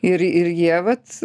ir ir jie vat